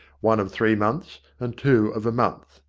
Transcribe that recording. one of three months, and two of a month.